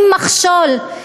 הם מכשול,